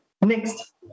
Next